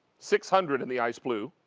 six hundred in the ice blue.